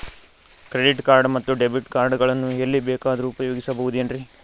Credit card ಮತ್ತು debit card ಗಳನ್ನು ಎಲ್ಲಿ ಬೇಕಾದ್ರು ಉಪಯೋಗಿಸಬಹುದೇನ್ರಿ?